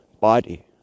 body